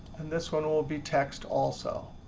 and this one will be text also.